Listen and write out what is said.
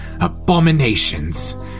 Abominations